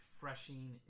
refreshing